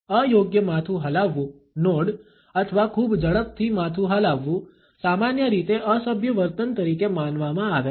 અયોગ્ય માથું હલાવવું નોડ અથવા ખૂબ ઝડપથી માથું હલાવવું સામાન્ય રીતે અસભ્ય વર્તન તરીકે માનવામાં આવે છે